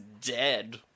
dead